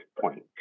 point